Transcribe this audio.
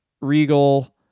Regal